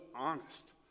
Honest